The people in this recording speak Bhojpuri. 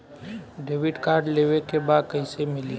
डेबिट कार्ड लेवे के बा कईसे मिली?